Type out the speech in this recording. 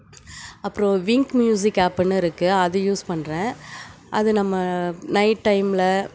அப்பறோம் Wink Music ஆப்ன்னு இருக்கு அது யூஸ் பண்ணுறேன் அது நம்ம நைட் டைமில்